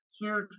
huge